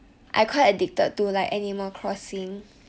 err phone one I try before